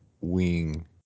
wing